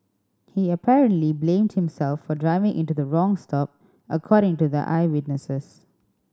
he apparently blamed himself for driving into the wrong stop according to the eyewitnesses